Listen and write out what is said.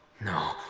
No